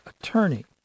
attorney